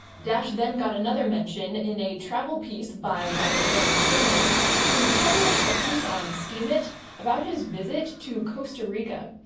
dash then got another mention in a travel piece by writer aaron koenig who published a piece on steemit about his visit to costa rica.